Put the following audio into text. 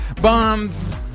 Bonds